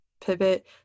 pivot